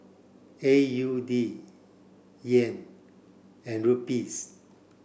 A U D Yen and Rupee